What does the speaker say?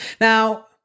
Now